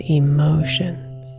emotions